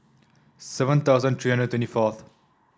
seven thousand three hundred twenty fourth